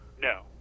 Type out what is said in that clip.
no